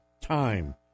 time